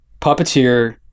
Puppeteer